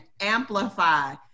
amplify